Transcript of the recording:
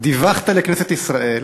דיווחת לכנסת ישראל